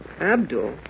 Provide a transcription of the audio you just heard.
Abdul